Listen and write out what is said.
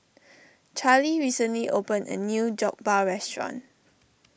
Charly recently opened a new Jokbal Restaurant